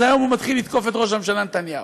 אז היום הוא מתחיל לתקוף את ראש הממשלה נתניהו.